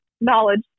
knowledge